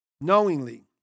Knowingly